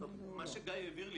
מה שגיא העביר לי,